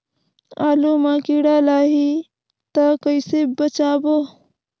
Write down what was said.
आलू मां कीड़ा लाही ता कइसे बचाबो?